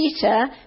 Peter